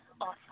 awesome